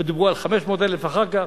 ודיברו על 500,000 אחר כך.